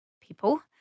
people